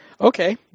Okay